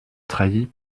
trahit